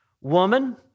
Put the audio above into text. woman